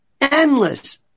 endless